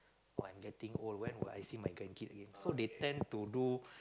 oh I'm getting old when will I see my grandkid again so they tend to do